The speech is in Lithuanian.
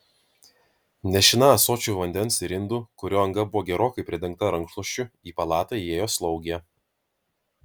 nešina ąsočiu vandens ir indu kurio anga buvo gerokai pridengta rankšluosčiu į palatą įėjo slaugė